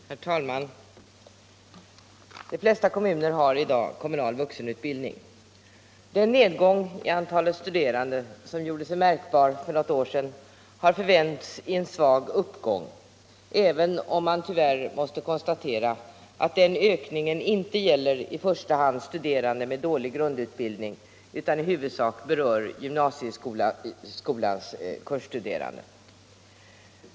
Herr talman! De flesta kommuner har i dag kommunal vuxenutbildning. Den nedgång i antalet studerande som gjorde sig märkbar för något år sedan har förvänts i en svag uppgång även om man tyvärr måste konstatera att den ökningen inte i första hand gäller studerande med dålig grundutbildning utan i huvudsak berör studerande vid gymnasieskolans kurser.